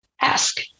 Ask